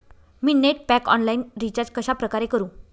मी net pack online recharge कशाप्रकारे करु?